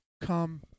come